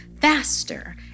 faster